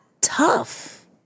tough